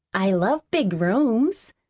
i love big rooms.